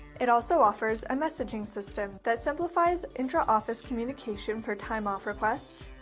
it also offers a messaging system that simplifies intra-office communication for time off requests,